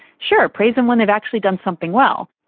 sure, praise them when they've actually done something well.